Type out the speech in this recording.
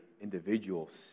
individuals